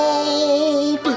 old